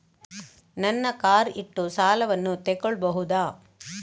ನನ್ನ ಕಾರ್ ಇಟ್ಟು ಸಾಲವನ್ನು ತಗೋಳ್ಬಹುದಾ?